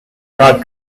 not